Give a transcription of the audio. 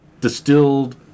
distilled